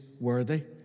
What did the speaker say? worthy